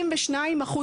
62%,